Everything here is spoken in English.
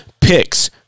picks